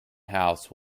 house